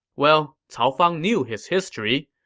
well, cao fang knew his history.